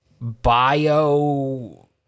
bio